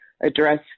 address